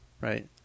right